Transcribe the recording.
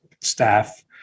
staff